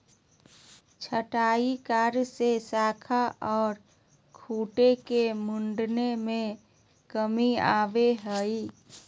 छंटाई कार्य से शाखा ओर खूंटों के मुड़ने में कमी आवो हइ